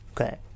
Okay